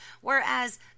whereas